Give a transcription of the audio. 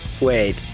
Wait